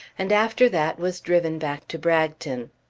and after that was driven back to bragton.